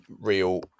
real